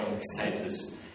status